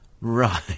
Right